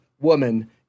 woman